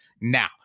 now